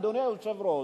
אדוני היושב-ראש,